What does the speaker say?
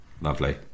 lovely